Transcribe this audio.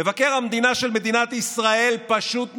מבקר המדינה של מדינת ישראל פשוט נעלם.